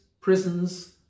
prisons